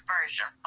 Version